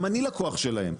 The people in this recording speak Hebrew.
גם אני לקוח שלהם,